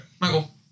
Michael